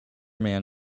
man